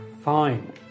Fine